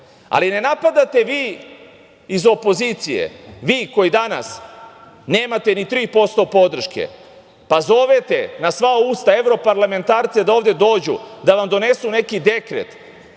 ne napadate vi iz opozicije, vi koji danas nemate ni 3% podrške, pa zovete na sva usta evroparlamentarce da ovde dođu, da vam donesu neki dekret,